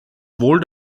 wohl